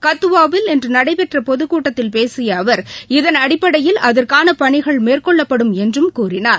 கத்தவாவில் இன்று நடைபெற்ற பொதுக்கூட்டத்தில் பேசிய அவர் இதன் அடிப்படையில் அதற்கான பணிகள் மேற்கொள்ளப்படும் என்றும் கூறினார்